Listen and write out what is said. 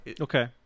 Okay